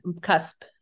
cusp